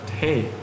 hey